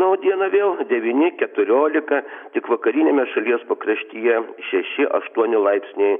na o dieną vėl devyni keturiolika tik vakariniame šalies pakraštyje šeši aštuoni laipsniai